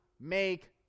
make